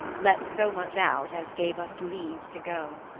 let so much out as gave us leave to go.